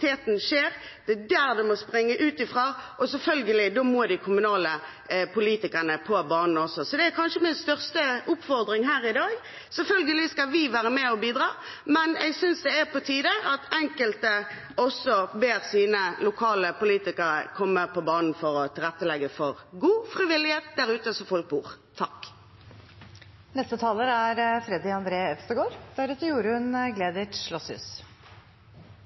skjer. Det må springe ut derfra, og da må selvfølgelig også de kommunale politikerne på banen. Det er kanskje min største oppfordring her i dag: Selvfølgelig skal vi være med og bidra, men jeg synes det er på tide at enkelte også ber sine lokale politikere komme på banen for å tilrettelegge for god frivillighet ute der folk bor. Noe av det aller vakreste med Norge er